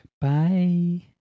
Bye